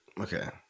Okay